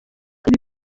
ibi